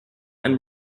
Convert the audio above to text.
and